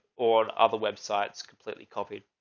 on other websites, completely copied.